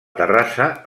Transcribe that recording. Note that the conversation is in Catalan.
terrassa